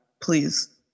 please